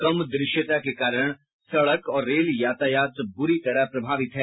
कम दृष्टता के कारण सड़क और रेल यातायात बुरी तरह प्रभावित हैं